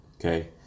Okay